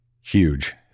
huge